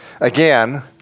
Again